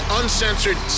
uncensored